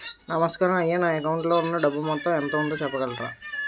నమస్కారం అయ్యా నా అకౌంట్ లో ఉన్నా డబ్బు మొత్తం ఎంత ఉందో చెప్పగలరా?